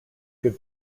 good